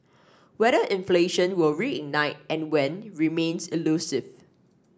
whether inflation will reignite and when remains elusive